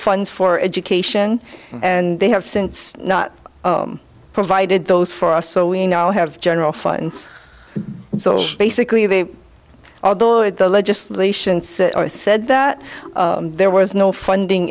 funds for education and they have since not provided those for us so we now have general funds so basically they although at the legislation say i said that there was no funding